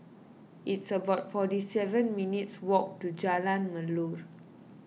it's about forty seven minutes walk to Jalan Melor